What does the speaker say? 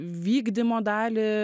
vykdymo dalį